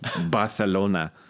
Barcelona